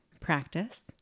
practice